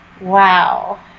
Wow